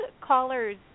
callers